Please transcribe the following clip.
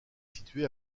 situé